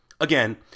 Again